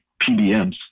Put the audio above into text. PBMs